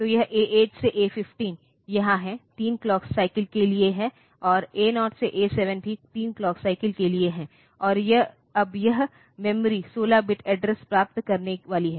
तो यह A 8 से A 15 यहाँ है 3 क्लॉक साइकिल के लिए है और A 0 से A 7 भी 3 क्लॉक साइकिल के लिए है और अब यह मेमोरी 16 बिट एड्रेस प्राप्त करने वाली है